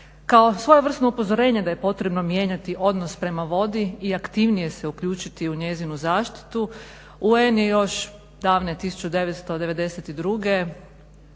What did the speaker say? Kao svojevrsno upozorenje da je potrebno mijenjati odnos prema vodi i aktivnije se uključiti u njezinu zaštitu UN je još davne 1992.